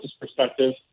perspective